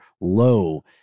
low